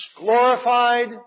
Glorified